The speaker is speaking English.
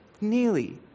Nearly